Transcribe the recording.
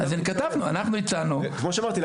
כמו שאמרתי,